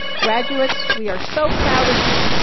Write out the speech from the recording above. graduates, we are so proud of you,